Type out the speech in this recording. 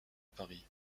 paris